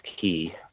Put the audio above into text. key